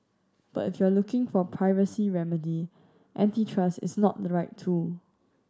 but if you're looking for a privacy remedy antitrust is not the right tool